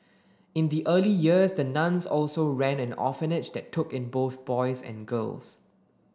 in the early years the nuns also ran an orphanage that took in both boys and girls